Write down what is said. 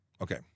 okay